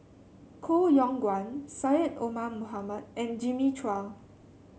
Koh Yong Guan Syed Omar Mohamed and Jimmy Chua